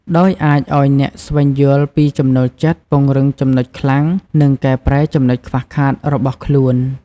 ដោយអាចឲ្យអ្នកស្វែងយល់ពីចំណូលចិត្ត ពង្រឹងចំណុចខ្លាំង និងកែប្រែចំណុចខ្វះខាតរបស់ខ្លួន។